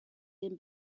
den